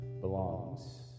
belongs